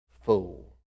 fool